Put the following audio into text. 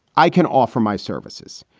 i can offer my services.